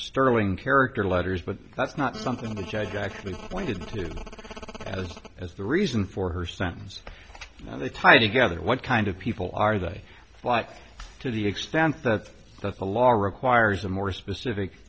sterling character letters but that's not something the judge actually pointed to as the reason for her sentence they tied together what kind of people are they like to the extent that the law requires a more specific